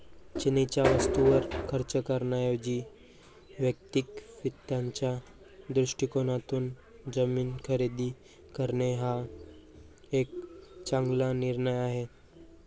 चैनीच्या वस्तूंवर खर्च करण्याऐवजी वैयक्तिक वित्ताच्या दृष्टिकोनातून जमीन खरेदी करणे हा एक चांगला निर्णय आहे